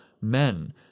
men